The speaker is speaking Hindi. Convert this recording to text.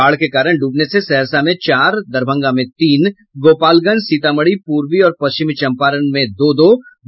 बाढ़ के कारण डूबने से सहरसा में चार दरभंगा में तीन गोपालगंज सीतामढ़ी पूर्वी और पश्चिमी चंपारण में दो दो लोगों की मौत हो गई